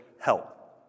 help